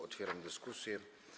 Otwieram dyskusję.